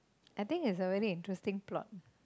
I think it's a very interesting plot